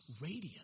radiant